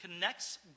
connects